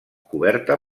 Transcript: coberta